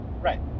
Right